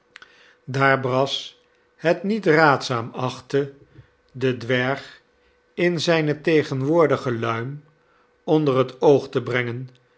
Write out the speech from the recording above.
daar brass het niet raadzaam achtte den dwerg in zijne tegenwoordige luim onder het oog te brengen